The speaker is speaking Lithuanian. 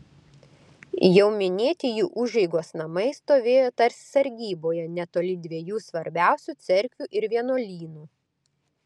jau minėti jų užeigos namai stovėjo tarsi sargyboje netoli dviejų svarbiausių cerkvių ir vienuolynų